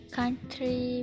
country